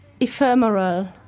ephemeral